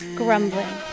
grumbling